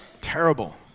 terrible